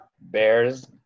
Bears